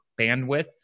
bandwidth